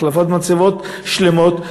החלפת מצבות שלמות.